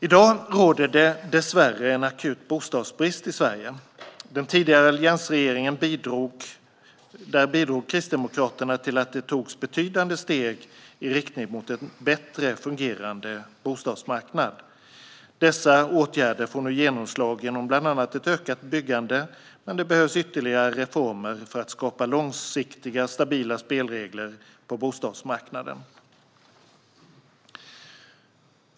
I dag råder det dessvärre en akut bostadsbrist i Sverige. I den tidigare alliansregeringen bidrog Kristdemokraterna till att det togs betydande steg i riktning mot en bättre fungerande bostadsmarknad. Dessa åtgärder får nu genomslag genom bland annat ett ökat byggande, men det behövs ytterligare reformer för att skapa långsiktiga stabila spelregler på bostadsmarknaden.